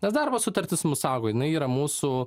nes darbo sutartis mus saugo jinai yra mūsų